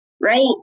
right